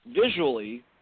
visually